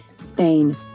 Spain